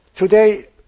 Today